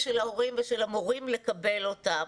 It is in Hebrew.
של ההורים ושל המורים לקבל אותם.